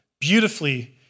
beautifully